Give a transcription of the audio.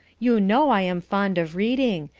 you know i am fond of reading,